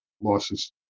losses